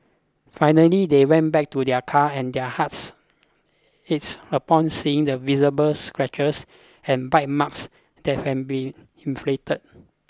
finally they went back to their car and their hearts it's upon seeing the visible scratches and bite marks that had been inflicted